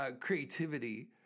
Creativity